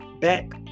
back